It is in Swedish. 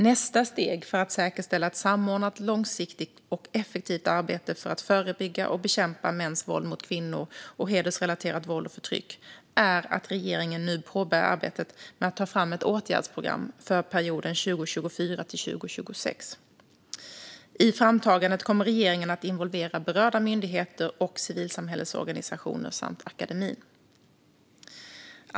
Nästa steg för att säkerställa ett samordnat, långsiktigt och effektivt arbete för att förebygga och bekämpa mäns våld mot kvinnor och hedersrelaterat våld och förtryck är att regeringen nu påbörjar arbetet med att ta fram ett åtgärdsprogram för perioden 2024-2026. I framtagandet kommer regeringen att involvera berörda myndigheter och civilsamhällesorganisationer samt akademin.